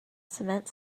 cement